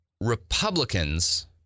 Republicans